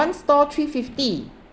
one store three fifty